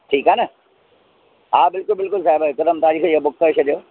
ठीकु आहे न हा बिल्कुल बिल्कुल हिकदमि तारीख़ हीअ बुक करे छॾियो